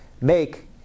make